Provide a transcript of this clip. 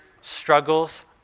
struggles